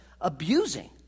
abusing